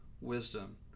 wisdom